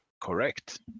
Correct